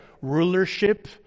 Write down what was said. Rulership